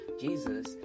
Jesus